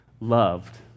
loved